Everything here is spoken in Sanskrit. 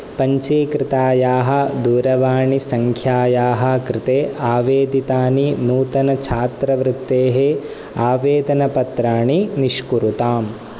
पञ्जीकृतायाः दूरवाणीसङ्ख्यायाः कृते आवेदितानि नूतनच्छात्रवृत्तेः आवेदनपत्राणि निष्कुरुताम्